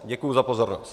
Děkuji za pozornost.